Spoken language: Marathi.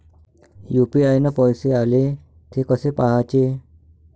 यू.पी.आय न पैसे आले, थे कसे पाहाचे?